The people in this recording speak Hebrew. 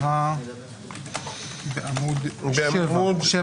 בעמ' 7,